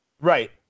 right